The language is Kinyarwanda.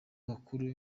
bakuru